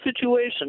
situation